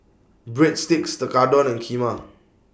Breadsticks Tekkadon and Kheema